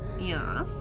Yes